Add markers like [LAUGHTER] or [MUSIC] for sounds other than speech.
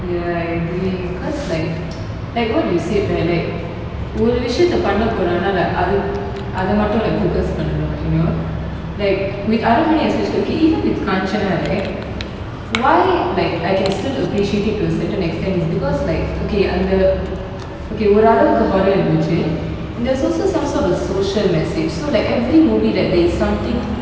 ya I agree cause like [NOISE] like what you said right like other other ஒரு விஷயத்தை பண்ண போறானா அத அத மட்டும் போகஸ் பண்ணனும்:oru vishayathai panna poraba adha adha mattum focus pannanum you know like with Aranmanai especially K even with Kanchana right why like I can still appreciate it to a certain extent is because like okay I'm the okay ஓரளவுக்கு:oralavuku horror இருந்துச்சு:irunthuchu and there's also some sort of social message so like every movie right there is something